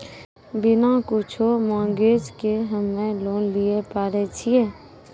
बिना कुछो मॉर्गेज के हम्मय लोन लिये पारे छियै?